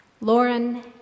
Lauren